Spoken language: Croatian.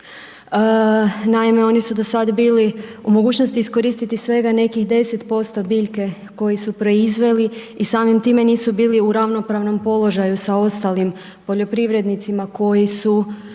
Naime, oni su do sad bili u mogućnosti iskoristiti svega nekih 10% biljke koju su proizveli i samim time nisu bili u ravnopravnom položaju sa ostalim poljoprivrednicima koji su